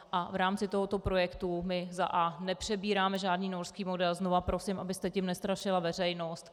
A v rámci tohoto projektu my nepřebíráme žádný norský model znovu prosím, abyste tím nestrašila veřejnost.